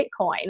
Bitcoin